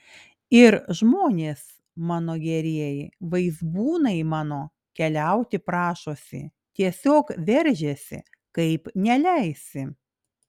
ir žmonės mano gerieji vaizbūnai mano keliauti prašosi tiesiog veržiasi kaip neleisi